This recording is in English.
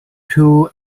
two